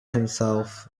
himself